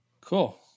Cool